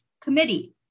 Committee